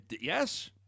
Yes